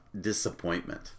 disappointment